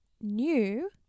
new